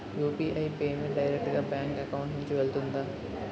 UPI payment direct గా bank account నుంచి వెళ్తుందా?